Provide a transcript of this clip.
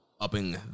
upping